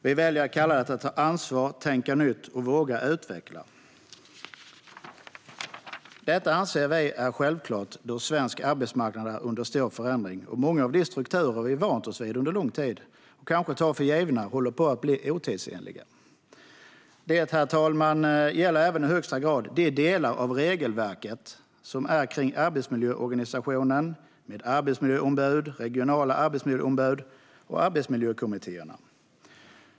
Vi väljer att kalla det att ta ansvar, tänka nytt och våga utveckla. Detta anser vi är självklart då svensk arbetsmarknad är under stor förändring och många av de strukturer vi vant oss vid under lång tid och kanske tar för givna håller på att bli otidsenliga. Detta, herr talman, gäller även i högsta grad de delar av regelverket som handlar om arbetsmiljöorganisationen, med arbetsmiljöombud, regionala arbetsmiljöombud och arbetsmiljökommittéer.